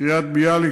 קריית-ביאליק,